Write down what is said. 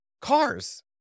cars